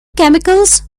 chemicals